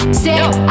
say